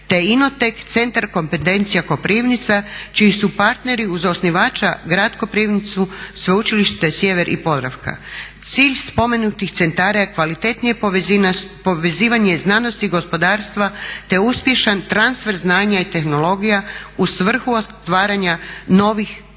te Innotech Centar kompetencija Koprivnica čiji su partneri uz osnivača grad Koprivnicu Sveučilište Sjever i Podravka. Cilj spomenutih centara je kvalitetnije povezivanje znanosti i gospodarstva te uspješan transfer znanja i tehnologija u svrhu otvaranja novih radnih